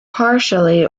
partially